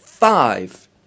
Five